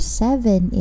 seven